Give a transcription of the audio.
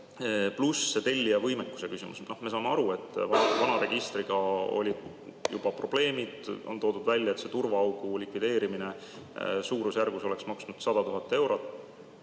Pluss tellija võimekuse küsimus. Me saame aru, et vana registriga olid juba probleemid, on toodud välja, et see turvaaugu likvideerimine oleks maksnud suurusjärgus 100 000 eurot.